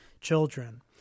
children